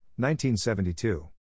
1972